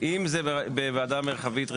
אם זה בוועדה מרחבית רגילה,